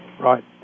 Right